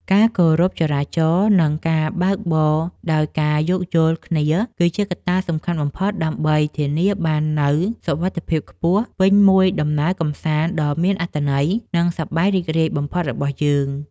ការគោរពច្បាប់ចរាចរណ៍ និង ការបើកបរដោយការយោគយល់គ្នាគឺជាកត្តាសំខាន់បំផុតដើម្បីធានាបាននូវសុវត្ថិភាពខ្ពស់ពេញមួយដំណើរកម្សាន្តដ៏មានអត្ថន័យ និង សប្បាយរីករាយបំផុតរបស់យើង។